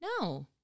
no